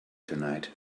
tonight